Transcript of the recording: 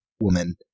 woman